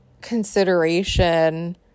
consideration